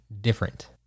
different